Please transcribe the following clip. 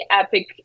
epic